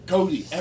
Cody